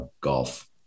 golf